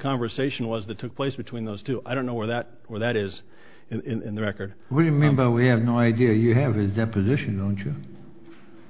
conversation was that took place between those two i don't know where that or that is in the record remember we have no idea you have his deposition